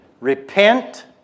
Repent